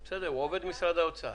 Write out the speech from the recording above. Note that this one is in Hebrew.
בסדר, הוא עובד משרד האוצר.